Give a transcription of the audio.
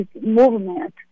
movement